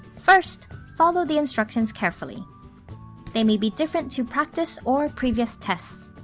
first, follow the instructions carefully they may be different to practice or previous tests.